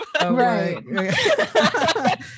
right